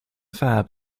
fab